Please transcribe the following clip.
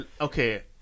Okay